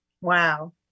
wow